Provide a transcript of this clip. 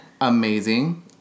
Amazing